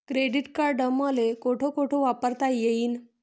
Credit card मले कोठ कोठ वापरता येईन?